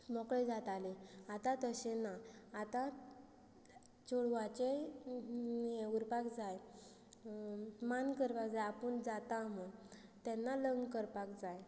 मोकळे जातालीं आतां तशें ना आतां चेडवांचेंय हें उरपा जाय मान करपाक जाय आपूण जाता म्हण तेन्ना लग्न करपाक जाय